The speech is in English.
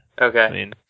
Okay